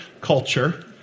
culture